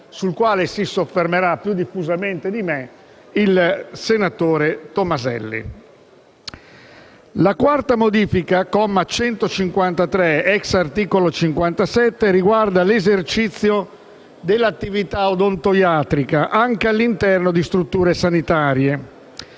sul quale si soffermerà più diffusamente di me ilsenatore Tomaselli. La quarta modifica, relativa al comma 153, *ex* articolo 57, riguarda l'esercizio dell'attività odontoiatrica anche all'interno di strutture sanitarie.